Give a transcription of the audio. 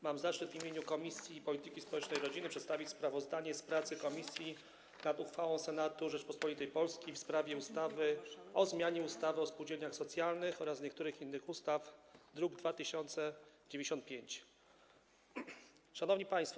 Mam zaszczyt w imieniu Komisji Polityki Społecznej i Rodziny przedstawić sprawozdanie z prac komisji nad uchwałą Senatu Rzeczypospolitej Polskiej w sprawie ustawy o zmianie ustawy o spółdzielniach socjalnych oraz niektórych innych ustaw, druk nr 2095. Szanowni Państwo!